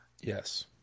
Yes